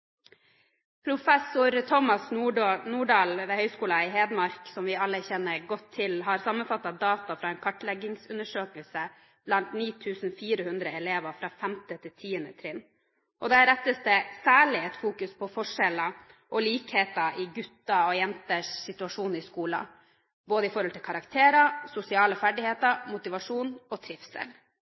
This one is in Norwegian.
ved Høgskolen i Hedmark, som vi alle kjenner godt til, har sammenfattet data fra en kartleggingsundersøkelse blant 9 400 elever fra 5. til 10. trinn. Der rettes det særlig fokus på forskjeller og likheter i gutters og jenters situasjon i skolen når det gjelder både karakterer, sosiale ferdigheter, motivasjon og trivsel.